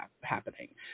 happening